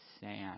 sand